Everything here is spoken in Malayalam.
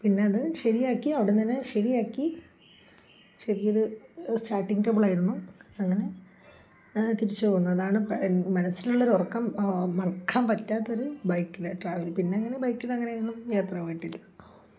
പിന്നെ അത് ശരിയാക്കി അവിടെത്തന്നെ ശരിയാക്കി ചെറിയൊരു സ്റ്റാർട്ടിങ് ട്രബിളായിരുന്നു അങ്ങനെ തിരിച്ചു പോന്നു അതാണ് മനസ്സിലുള്ള മറക്കാൻ പറ്റാത്തൊരു ബൈക്കില് ട്രാവല് പിന്നെ അങ്ങനെ ബൈക്കില് അങ്ങനെയൊന്നും യാത്ര പോയിട്ടില്ല